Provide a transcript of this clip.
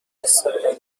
استقلالی